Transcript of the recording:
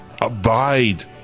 Abide